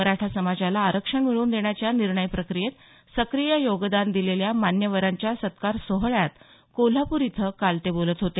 मराठा समाजाला आरक्षण मिळवून देण्याच्या निर्णय प्रक्रियेत सक्रीय योगदान दिलेल्या मान्यवरांच्या सत्कार सोहळ्यात कोल्हापूर इथं काल ते बोलत होते